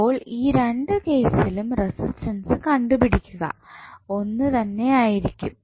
അപ്പോൾ ഈ രണ്ടു കേസിലും റസിസ്റ്റൻസ് കണ്ടുപിടിക്കുക ഒന്നു തന്നെയായിരിക്കും